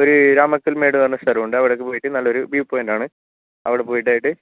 ഒരു രാമക്കൽ മേട് പറഞ്ഞ ഒരു സ്ഥലമുണ്ട് അവിടേക്ക് പോയിട്ട് നല്ല ഒരു വ്യൂ പോയിൻ്റാണ് അവിടെപോയിട്ട് ആയിട്ട്